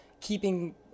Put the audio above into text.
keeping